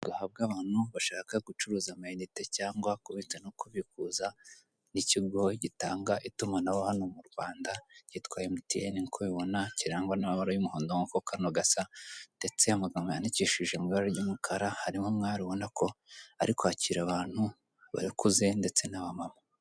Gahabwa abantu bashaka gucuruza amayinite cyangwa kubitsa no kubikuza, ni ikigo gitanga itumanaho hano mu Rwanda, kitwa Emutiyene nkuko ubibona kirangwa n'amabara y'umuhondo nkuko kano gasa, ndetse amagambo yandikishije mu ibara ry'umukara harimo umwari ubona ko ari kwakira abantu barakuze ndetse n'abamama.